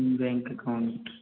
bank account